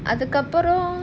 அதுக்கப்புறம்:adhukappuram